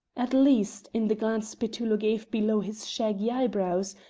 at least in the glance petullo gave below his shaggy eyebrows,